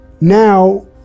Now